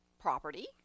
property